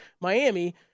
Miami